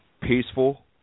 peaceful